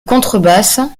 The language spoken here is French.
contrebasse